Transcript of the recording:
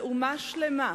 ואומה שלמה,